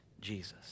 Jesus